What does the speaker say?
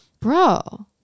Bro